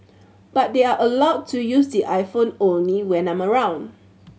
but they are allowed to use the iPhone only when I'm around